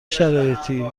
شرایطی